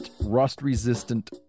rust-resistant